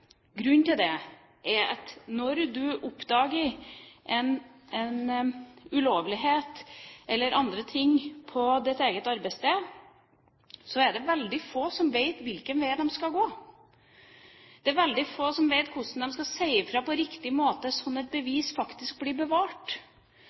Grunnen til det er at når du oppdager en ulovlighet eller andre ting på ditt eget arbeidssted, er det veldig få som vet hvilken vei de skal gå. Det er veldig få som vet hvordan de skal si fra på riktig måte, sånn at